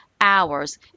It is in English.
hours